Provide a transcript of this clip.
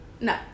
No